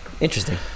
interesting